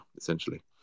essentially